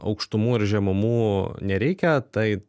aukštumų ir žemumų nereikia tai